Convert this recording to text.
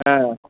ಹಾಂ